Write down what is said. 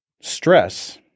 Stress